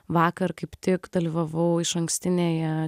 vakar kaip tik dalyvavau išankstinėje